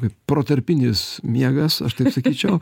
kaip protarpinis miegas aš taip sakyčiau